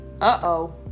Uh-oh